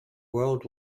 world